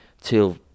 till